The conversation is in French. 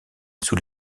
sous